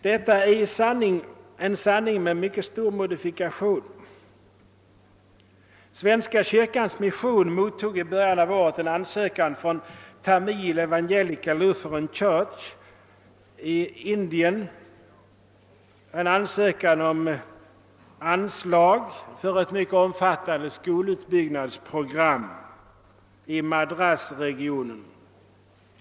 Detta är en sanning med stor modifikation. Svenska kyrkans mission mottog i början av året från Tamil Evangelic Lutheran Church i Indien en ansökan om anslag för ett omfattande skolutbyggnadsprogram i Madrasregionen.